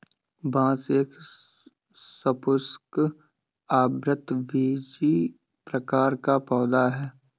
बांस एक सपुष्पक, आवृतबीजी प्रकार का पौधा है